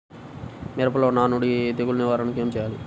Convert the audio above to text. మిరపలో నానుడి తెగులు నివారణకు ఏమి చేయాలి?